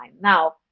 now